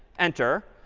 enter.